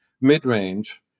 mid-range